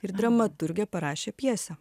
ir dramaturgė parašė pjesę